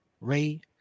Ray